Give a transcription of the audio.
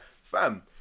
fam